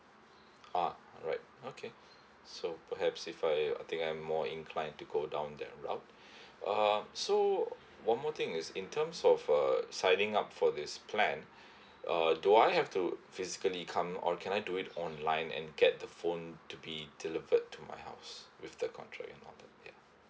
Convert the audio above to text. ah alright okay so perhaps if I I think I'm more inclined to go down that route uh so one more thing is in terms of uh signing up for this plan uh do I have to physically come or can I do it online and get the phone to be delivered to my house with the contract and all ya